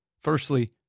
Firstly